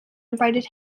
invited